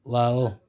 wow